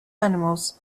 animals